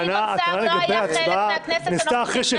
גדעון סער לא היה חלק מהכנסת הנוכחית.